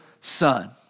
Son